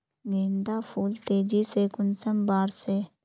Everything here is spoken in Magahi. गेंदा फुल तेजी से कुंसम बार से?